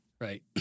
right